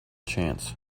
chance